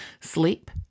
Sleep